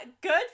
good